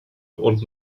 und